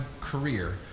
career